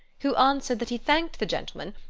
who answered that he thanked the gentleman,